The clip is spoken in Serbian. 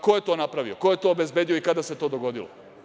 Ko je to napravio, ko je obezbedio i kada se to dogodilo?